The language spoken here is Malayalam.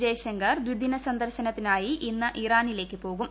ജയ്ശങ്കർ ദിദിന സന്ദർശനത്തിനായി ഇന്ന് ഇറാനിലേക്ക് പോകും